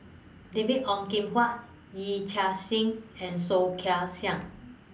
David Ong Kim Huat Yee Chia Hsing and Soh Kay Siang